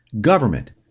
government